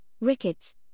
rickets